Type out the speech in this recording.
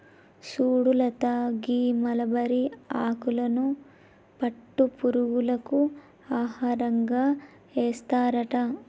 సుడు లత గీ మలబరి ఆకులను పట్టు పురుగులకు ఆహారంగా ఏస్తారట